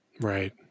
Right